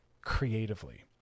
creatively